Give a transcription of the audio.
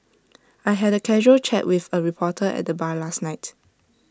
I had A casual chat with A reporter at the bar last night